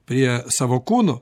prie savo kūno